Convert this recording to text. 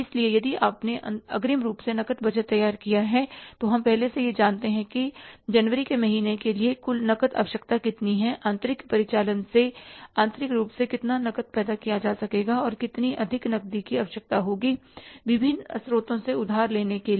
इसलिए यदि आपने अग्रिम रूप से नकद बजट तैयार किया है तो हम पहले से ही यह जानते हैं कि जनवरी के महीने के लिए कुल नकद आवश्यकता कितनी है आंतरिक परिचालन से आंतरिक रूप से कितना नकद पैदा किया जा सकेगा और कितनी अधिक नकदी की आवश्यकता होगी विभिन्न स्रोतों से उधार लेने के लिए